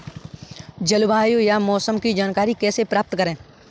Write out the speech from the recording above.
जलवायु या मौसम की जानकारी कैसे प्राप्त करें?